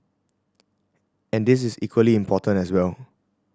and this is equally important as well